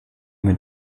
mit